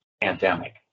pandemic